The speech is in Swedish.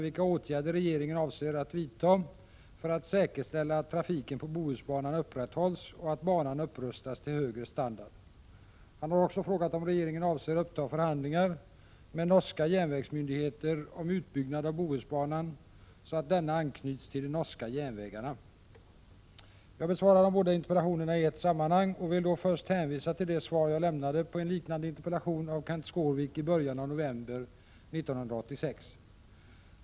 Jag besvarar de båda interpellationerna i ett sammanhang och vill då först hänvisa till det svar jag lämnade på en liknande interpellation av Kenth Skårvik i början av november 1986.